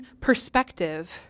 perspective